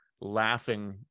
laughing